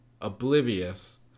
oblivious